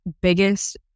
biggest